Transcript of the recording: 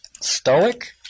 Stoic